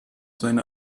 seine